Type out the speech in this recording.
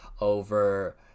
over